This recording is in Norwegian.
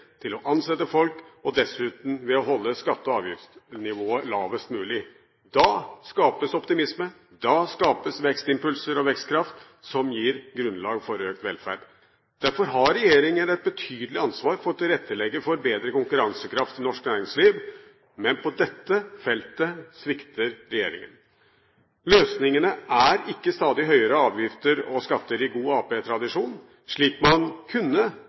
til å investere, til å ansette folk, og dessuten ved å holde skatte- og avgiftsnivået lavest mulig. Da skapes optimisme, vekstimpulser og vekstkraft som gir grunnlag for økt velferd. Derfor har regjeringen et betydelig ansvar for å tilrettelegge for bedre konkurransekraft i norsk næringsliv, men på dette feltet svikter regjeringen. Løsningene er ikke stadig høyere avgifter og skatter i god arbeiderpartitradisjon, slik man kunne